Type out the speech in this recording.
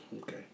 okay